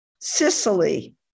Sicily